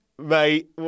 Mate